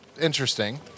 interesting